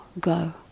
go